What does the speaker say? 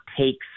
takes